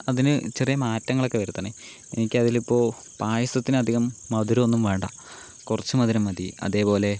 അതിന് ചെറിയ മാറ്റങ്ങളൊക്കെ വരുത്തണം എനിക്ക് അതിലിപ്പോൾ പായസത്തിന് അധികം മധുരമൊന്നും വേണ്ട കുറച്ച് മധുരം മതി അതേപോലെ